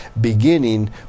beginning